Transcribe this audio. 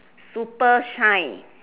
super shine